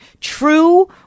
True